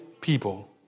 people